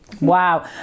Wow